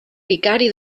vicari